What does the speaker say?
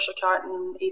Carton